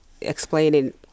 explaining